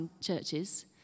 churches